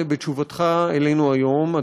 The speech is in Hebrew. בתשובתך לנו היום,